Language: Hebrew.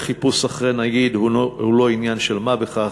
חיפוש אחרי נגיד הוא לא עניין של מה בכך,